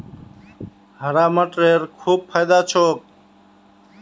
हरा मटरेर खूब फायदा छोक